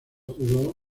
jugó